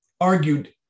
argued